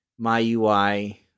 MyUI